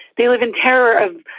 they live in terror of,